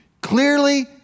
Clearly